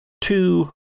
two